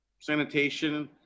sanitation